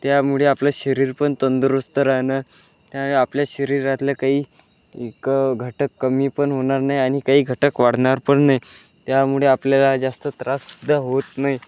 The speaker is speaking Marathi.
त्यामुळे आपलं शरीरपण तंदुरुस्त राहणार त्यामुळे आपल्या शरीरातल्या काही एक घटक कमी पण होणार नाही आणि काही घटक वाढणार पण नाही त्यामुळे आपल्याला जास्त त्रास सुद्धा होत नाही